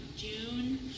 June